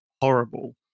horrible